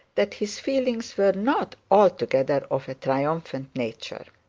that his feelings were not altogether of a triumphant nature.